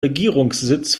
regierungssitz